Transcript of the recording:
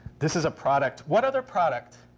this is a product. what other product,